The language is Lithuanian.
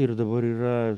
ir dabar yra